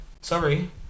Sorry